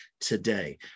today